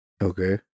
Okay